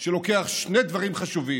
שלוקח שני דברים חשובים: